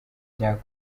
cyangwa